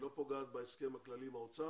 היא לא פוגעת בהסכם הכללי עם האוצר